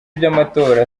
iby’amatora